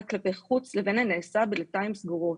כלפי חוץ לבין הנעשה בדלתיים סגורות.